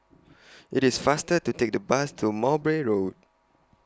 IT IS faster to Take The Bus to Mowbray Road